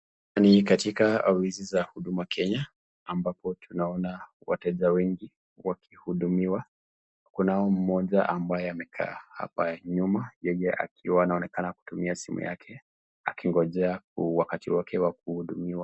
Ni katika ofisi za huduma Kenya ambapo tunaona wateja wengi wakihudumiwa. Kuna huyo mmoja ambaye amekaa hapa nyuma yeye akiwa anaonekana kutumia simu yake akingojea wakati wake wa kuhudumiwa.